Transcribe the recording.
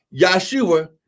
Yahshua